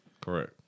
Correct